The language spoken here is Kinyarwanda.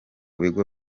bigo